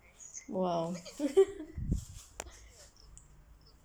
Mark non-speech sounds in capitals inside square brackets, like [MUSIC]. !wow! [LAUGHS]